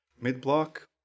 mid-block